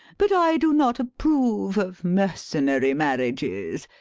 but i do not approve of mercenary marriages.